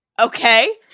okay